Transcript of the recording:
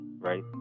right